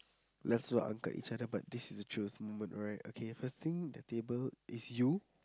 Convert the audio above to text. let's not angkat each other but this is the truth right okay first thing that table is you